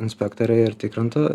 inspektoriai ir tikrintų